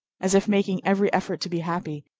as if making every effort to be happy,